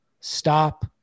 stop